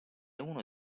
uno